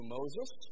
Moses